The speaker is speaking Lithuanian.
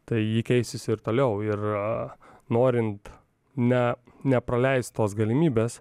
tai ji keisis ir toliau ir norint ne nepraleist tos galimybės